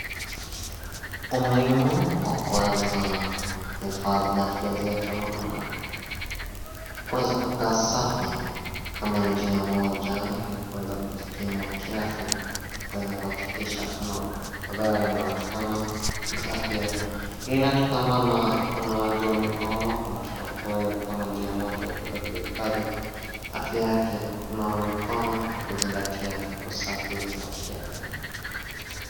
Umuhimu wa kuweza kuhifadhi afya zetu na kuweza kuakaa safi kama njia moja ya kuweza kujikinga kiafya yakuweza kuhakikisha hakuna madhara yanayotokana na afya yetu inatokana na unawaji wa mkono kwa mtoto huyu kama njia moja ya kuweza kuhifhadhi afya yake kwa kunawa mikono na kuzingatia usafi wa kiafya.